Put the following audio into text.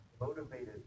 motivated